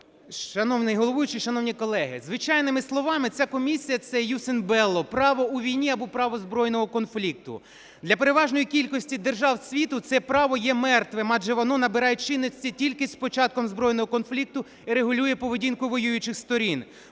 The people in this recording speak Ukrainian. Шановний головуючий, шановні колеги! Звичайними словами, ця комісія – це lus ad bellum – право у війні або право збройного конфлікту. Для переважної кількості держав світу це право є мертвим, адже воно набирає чинності тільки з початком збройного конфлікту і регулює поведінку воюючих сторін.